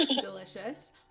delicious